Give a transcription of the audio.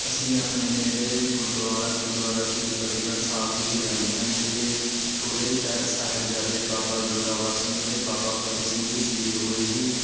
ਅਸੀਂ ਆਪਣੇ ਨੇੜੇ ਗੁਰਦੁਆਰਾ ਗੁਰਦੁਆਰਾ ਸ਼੍ਰੀ ਫਤਿਹਗੜ੍ਹ ਸਾਹਿਬ ਵਿਖੇ ਜਾਂਦੇ ਹਨ ਜਿੱਥੇ ਛੋਟੇ ਸ਼ਾ ਸਾਹਿਬਜ਼ਾਦੇ ਬਾਬਾ ਜੋਰਾਵਰ ਸਿੰਘ ਅਤੇ ਬਾਬਾ ਫਤਿਹ ਸਿੰਘ ਸ਼ਹੀਦ ਹੋਏ ਸੀ